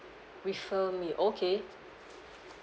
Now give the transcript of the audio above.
refer me okay